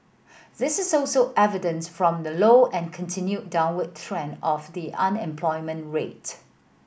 this is also evident from the low and continued downward trend of the unemployment rate